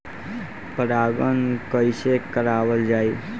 परागण कइसे करावल जाई?